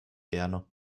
gerne